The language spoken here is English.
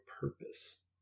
purpose